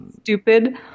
stupid